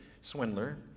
swindler